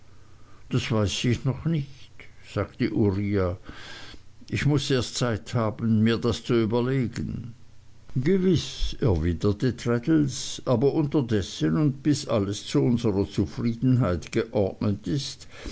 das weiß ich noch nicht sagte uriah ich muß erst zeit haben mir das zu überlegen gewiß erwiderte traddles aber unterdessen und bis alles zu unserer zufriedenheit geordnet ist